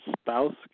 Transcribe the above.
spouse